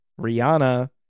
rihanna